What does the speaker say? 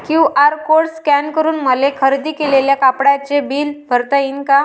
QR code scan करून मले खरेदी केलेल्या कापडाचे बिल भरता यीन का?